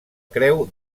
creu